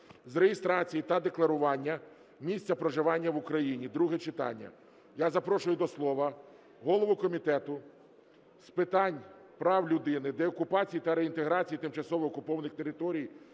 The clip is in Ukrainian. з реєстрації та декларування місця проживання в Україні (друге читання). Я запрошую до слова голову Комітету з питань прав людини, деокупації та реінтеграції тимчасово окупованих територій